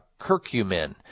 curcumin